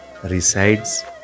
resides